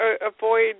avoid